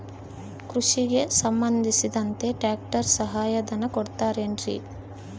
ಕೃಷಿಗೆ ಸಂಬಂಧಿಸಿದಂತೆ ಟ್ರ್ಯಾಕ್ಟರ್ ಸಹಾಯಧನ ಕೊಡುತ್ತಾರೆ ಏನ್ರಿ?